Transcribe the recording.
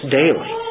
daily